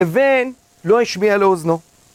‫הוה לא ישמיע לאוזנו.